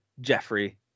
Jeffrey